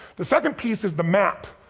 the second piece is the map.